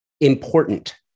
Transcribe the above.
important